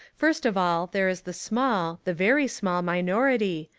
first of all there is the small, the very small minority,